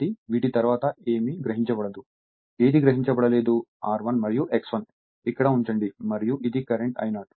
కాబట్టి వీటి తర్వాత ఏమీ గ్రహించబడదు ఏదీ గ్రహించబడలేదు R1 మరియు X1 ఇక్కడ ఉంచండి మరియు ఇది కరెంట్ I0